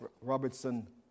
Robertson